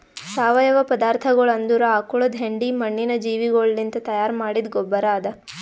ಸಾವಯವ ಪದಾರ್ಥಗೊಳ್ ಅಂದುರ್ ಆಕುಳದ್ ಹೆಂಡಿ, ಮಣ್ಣಿನ ಜೀವಿಗೊಳಲಿಂತ್ ತೈಯಾರ್ ಮಾಡಿದ್ದ ಗೊಬ್ಬರ್ ಅದಾ